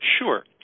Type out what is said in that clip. Sure